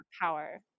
power